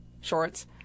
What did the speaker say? shorts